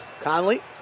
Conley